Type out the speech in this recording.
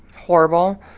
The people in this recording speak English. horrible